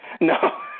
No